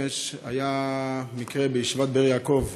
אמש היה מקרה בישיבת באר יעקב: